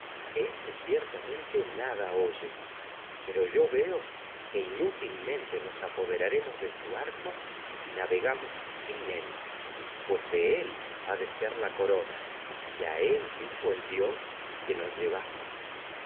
este ciertamente nada oye su pero yo veo que inútilmente sin él nos apoderaremos de arco y si a navegamos él pues de él ha de ser la corona dijo el dios que nos llevásemos